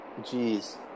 Jeez